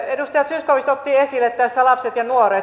edustaja zyskowicz otti esille tässä lapset ja nuoret